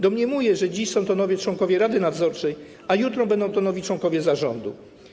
Domniemywam, że dziś są to nowi członkowie rady nadzorczej, a jutro będą to nowi członkowie zarządu.